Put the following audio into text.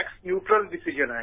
tax neutral decision आहे